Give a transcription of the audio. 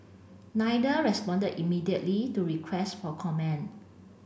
neither responded immediately to requests for comment